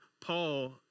Paul